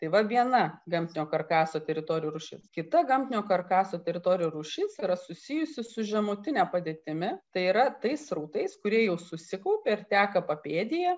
tai va viena gamtinio karkaso teritorijų rūšys kita gamtinio karkaso teritorijų rūšis yra susijusi su žemutine padėtimi tai yra tais srautais kurie jau susikaupė ir teka papėdėje